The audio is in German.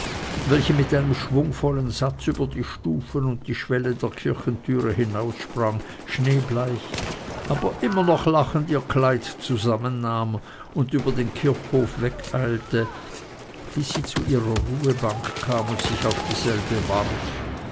welche mit einem schwungvollen satz über die stufen und die schwelle der kirchentüre hinaussprang schneebleich aber immer noch lachend ihr kleid zusammennahm und über den kirchhof wegeilte bis sie zu ihrer ruhebank kam und sich auf dieselbe warf